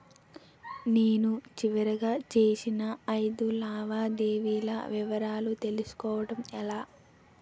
నేను చివరిగా చేసిన ఐదు లావాదేవీల వివరాలు తెలుసుకోవటం ఎలా?